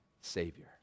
Savior